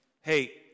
hey